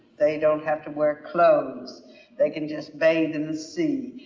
they don't have to wear clothes they can just bathe in the sea.